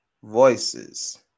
Voices